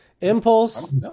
impulse